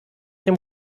dem